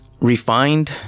refined